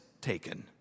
taken